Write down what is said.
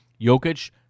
Jokic